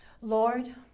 Lord